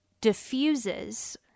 diffuses